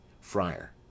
Friar